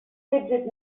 fidgeted